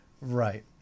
right